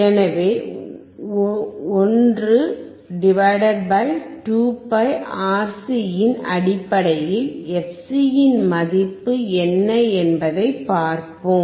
எனவே 1 2πRC இன் அடிப்படையில் fc இன் மதிப்பு என்ன என்பதைப் பார்ப்போம்